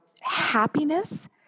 happiness